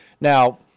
Now